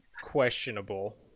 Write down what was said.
questionable